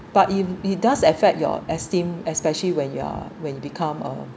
but it it does affect your esteemed especially when you're when you become uh